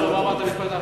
מה אמרת?